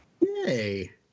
Yay